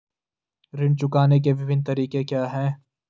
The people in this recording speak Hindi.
ऋण चुकाने के विभिन्न तरीके क्या हैं?